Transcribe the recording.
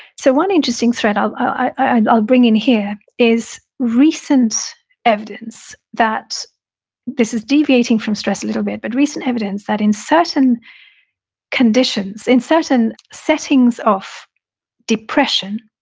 so, one interesting thread i'll i'll bring in here is recent evidence that this is deviating from stress a little bit but recent evidence that in certain conditions, in certain settings of depression,